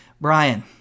Brian